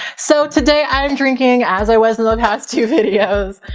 so today, i'm drinking, as i was in the past two videos,